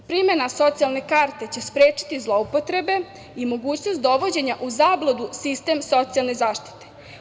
Primena socijalne karte će sprečiti zloupotrebe i mogućnost dovođenja u zabludu sistem socijalne zaštite.